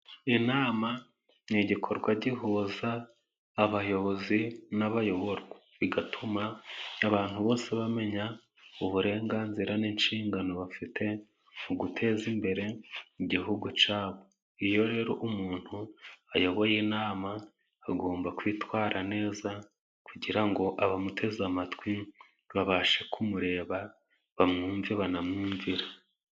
Inama ni igikorwa gihuza abayobozi n'abayoborwa bigatuma abantu bose bamenya uburenganzira n'inshingano bafite muteza imbere igihugu cyabo. Iyo rero umuntu ayoboye inama agomba kwitwara neza kugira ngo abamuteze amatwi babashe kumureba bamwumve, banamwumvire.